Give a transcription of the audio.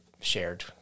shared